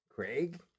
Craig